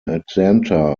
atlanta